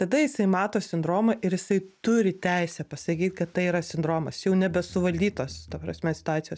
tada jisai mato sindromą ir jisai turi teisę pasakyt kad tai yra sindromas jau nebesuvaldytos ta prasme situacijos